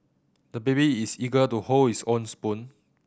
the baby is eager to hold his own spoon